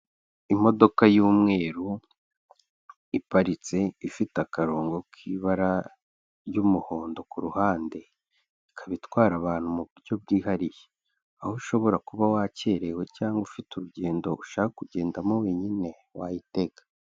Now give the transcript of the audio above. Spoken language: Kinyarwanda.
Imodoka y'umweru, iparitse, ifite akarongo kibara ry'umuhondo ku ruhande, ikaba itwara abantu mu buryo bwihariye, aho ushobora kuba wakerewe cyangwa ufite urugendo ushaka kugendamo wenyine, wayitega.